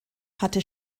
hatte